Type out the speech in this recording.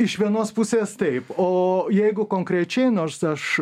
iš vienos pusės taip o jeigu konkrečiai nors aš